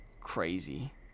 crazy